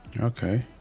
Okay